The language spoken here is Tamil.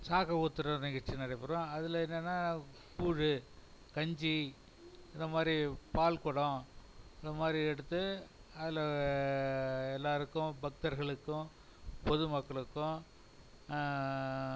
சாகம் ஊற்றுற நிகழ்ச்சி நடைபெறும் அதில் என்னான்ன கூழு கஞ்சி இந்தமாதிரி பால் குடம் இந்தமாதிரி எடுத்து அதில் எல்லோருக்கும் பக்தர்களுக்கும் பொது மக்களுக்கும்